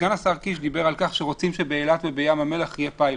סגן השר קיש דיבר על כך שרוצים שבאילת ובים המלח יהיה פילוט.